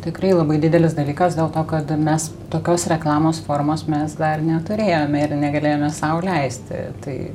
tikrai labai didelis dalykas dėl to kad mes tokios reklamos formos mes dar neturėjome ir ne galėjome sau leisti tai